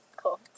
Cool